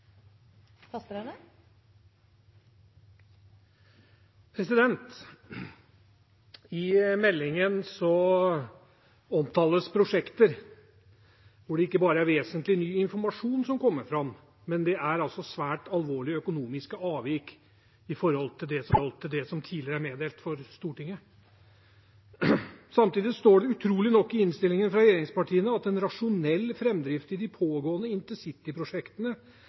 til. I meldingen omtales prosjekter hvor det ikke bare er vesentlig ny informasjon som kommer fram, men det er altså svært alvorlige økonomiske avvik i forhold til det som tidligere er meddelt Stortinget. Samtidig står det utrolig nok i innstillingen fra regjeringspartiene: «En rasjonell fremdrift i de pågående